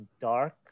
dark